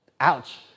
ouch